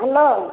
hello